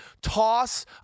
toss